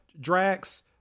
drax